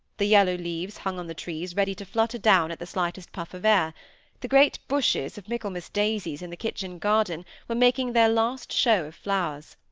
the yellow leaves hung on the trees ready to flutter down at the slightest puff of air the great bushes of michaelmas daisies in the kitchen-garden were making their last show of flowers.